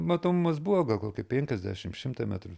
matomumas buvo gal kokie penkiasdešimt šimtą metrų